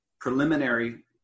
preliminary